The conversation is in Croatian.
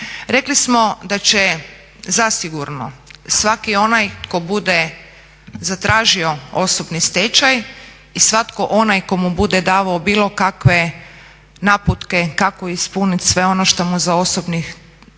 Rekli smo da će zasigurno svaki onaj tko bude zatražio osobni stečaj i svatko onaj tko mu bude davao bilo kakve naputke kako ispunit sve ono što mu za osobni